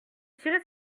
cirer